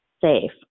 safe